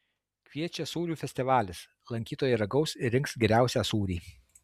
kviečia sūrių festivalis lankytojai ragaus ir rinks geriausią sūrį